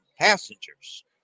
passengers